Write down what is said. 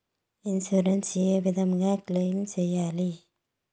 Insurance ఏ విధంగా claim సేయాలి?